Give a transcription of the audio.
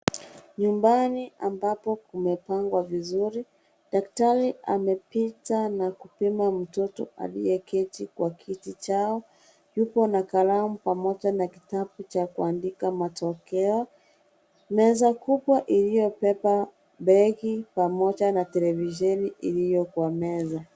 Nyumbani ambapo kumefungwa vizuri. Daktari amepita na kupima mtoto aliyeketi kwa kiti chao. Yupo na kalamu pamoja na kitabu cha kuandika matokeo. Meza kubwa iliyobeba begi pamoja na televisheni iliyo kwa meza.